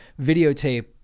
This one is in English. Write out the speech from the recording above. videotape